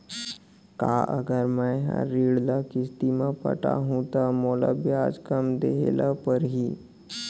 का अगर मैं हा ऋण ल किस्ती म पटाहूँ त मोला ब्याज कम देहे ल परही?